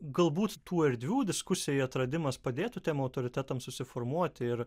galbūt tų erdvių diskusijai atradimas padėtų tiem autoritetam susiformuoti ir